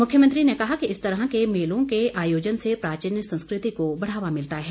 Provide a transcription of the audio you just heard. मुख्यमंत्री ने कहा कि इस तरह के मेलों के आयोजन से प्राचीन संस्कृति को बढ़ावा मिलता है